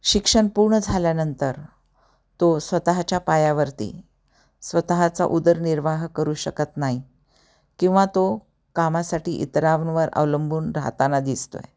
शिक्षन पूर्ण झाल्यानंतर तो स्वतःच्या पायावरती स्वतःचा उदरनिर्वाह करू शकत नाई किंवा तो कामासाठी इतरांवर अवलंबून राहताना दिसतोय